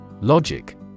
Logic